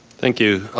thank you.